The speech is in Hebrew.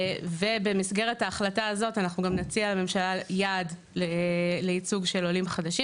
ובמסגרת ההחלטה הזאת אנחנו נציע לממשלה יעד לייצוג עולים חדשים.